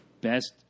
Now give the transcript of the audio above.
best